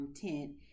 tent